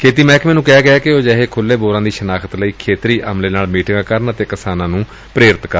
ਖੇਤੀ ਮਹਿਕਮੇ ਨੂੰ ਕਿਹਾ ਗਿਐ ਕਿ ਉਹ ਅਜਿਹੇ ਖੁਲ੍ਹੇ ਬੋਰਾ ਦੀ ਸ਼ਨਾਖਤ ਲਈ ਖੇਤਰੀ ਅਮਲੇ ਨਾਲ ਮੀਟਿਗਾ ਕਰਨ ਅਤੇ ਕਿਸਾਨਾ ਨੂੰ ਪ੍ਰੇਰਿਤ ਕਰਨ